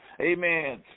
Amen